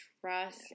trust